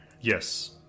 Yes